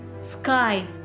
sky